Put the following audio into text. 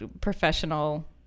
professional